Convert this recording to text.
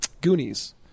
Goonies